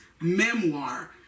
memoir